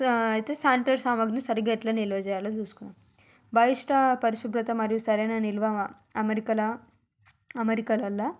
సా అయితే శానిటర్ సామాగ్ని సరిగ్గా ఎట్లా నిల్వచేయాలో జూసుకోవాలి బహిష్ట పరిశుభ్రత మరియు సరైన నిల్వా అమరికల అమరికలల్లో